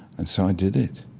and so i did it